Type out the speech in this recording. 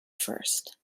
first